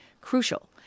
crucial